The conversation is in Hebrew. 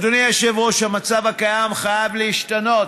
אדוני היושב-ראש, המצב הקיים חייב להשתנות.